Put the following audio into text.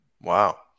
Wow